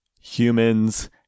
humans